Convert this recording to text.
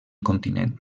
continent